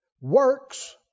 works